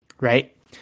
right